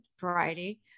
Variety